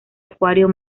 acuario